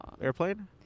airplane